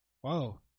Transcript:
Whoa